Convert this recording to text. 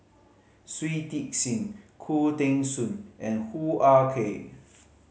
Shui Tit Sing Khoo Teng Soon and Hoo Ah Kay